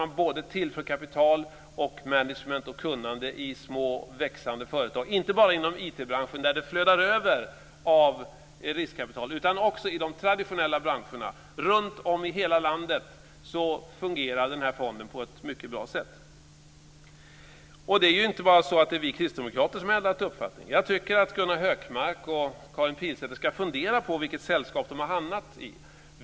Man tillför både kapital, management och kunnande i små växande företag inte bara inom IT-branschen, där det flödar över av riskkapital, utan också i de traditionella branscherna. Runtom i hela landet fungerar denna fond på ett mycket bra sätt. Det är inte bara vi kristdemokrater som har ändrat uppfattning. Jag tycker att Gunnar Hökmark och Karin Pilsäter ska fundera på vilket sällskap de har hamnat i.